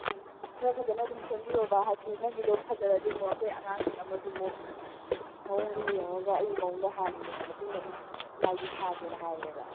ꯎꯝ ꯈꯔ ꯐꯖꯅ ꯑꯗꯨꯝ ꯁꯦꯝꯕꯤꯌꯣꯕ ꯍꯥꯏꯕꯗꯤ ꯅꯪꯒꯤꯗꯣ ꯐꯖꯔꯗꯤ ꯑꯃꯨꯛ ꯑꯩꯈꯣꯏ ꯑꯉꯥꯡꯁꯤꯡ ꯑꯃꯒꯤꯃꯨꯛ ꯃꯑꯣꯡꯗꯣ ꯌꯦꯡꯉꯒ ꯑꯩꯒꯤ ꯃꯑꯣꯡꯗꯣ ꯍꯥꯟꯅ ꯌꯦꯡꯉ ꯃꯇꯨꯡꯗ ꯑꯃꯨꯛ ꯃꯥꯁꯨ ꯁꯥꯒꯦꯅ ꯍꯥꯏꯕꯅꯦꯕ